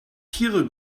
tiere